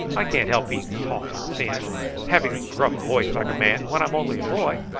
i can't help being tall and thin, and having a gruff voice like a man, when i'm only a boy.